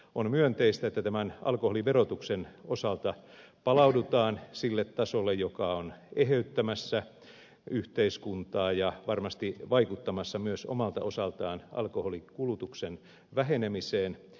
on myönteistä että alkoholiverotuksen osalta palaudutaan sille tasolle joka on eheyttämässä yhteiskuntaa ja varmasti vaikuttamassa myös omalta osaltaan alkoholinkulutuksen vähenemiseen